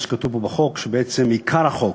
בחוק כתוב שבעצם עיקר החוק,